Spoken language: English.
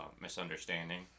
misunderstanding